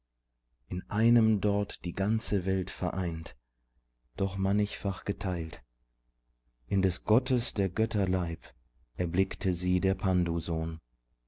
in einem dort die ganze welt vereint doch mannigfach geteilt in des gottes der götter leib erblickte sie der